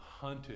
hunted